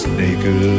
naked